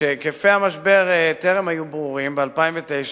כשהיקפי המשבר טרם היו ברורים ב-2009,